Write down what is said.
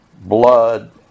blood